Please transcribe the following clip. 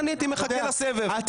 אני הייתי מחכה לסבב,